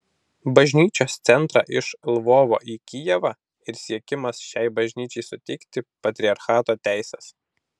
bažnyčios centrą iš lvovo į kijevą ir siekimas šiai bažnyčiai suteikti patriarchato teises